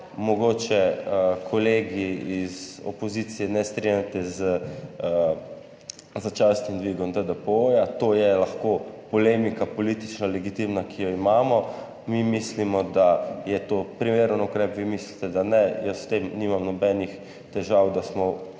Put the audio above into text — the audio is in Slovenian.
mogoče kolegi iz opozicije ne strinjate z začasnim dvigom DDPO, to je lahko politično legitimna polemika, ki jo imamo. Mi mislimo, da je to primeren ukrep, vi mislite, da ne. Jaz s tem nimam nobenih težav, da smo